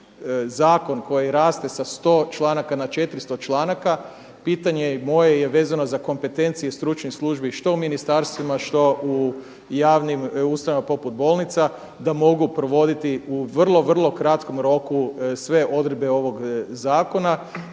zakon koji raste sa 100 članaka na 400 članaka pitanje i moje je vezano za kompetencije stručnih službi što u ministarstvima što u javnim ustanovama poput bolnica da mogu provoditi u vrlo, vrlo kratom roku sve odredbe ovog zakona